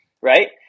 right